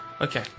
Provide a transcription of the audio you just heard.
Okay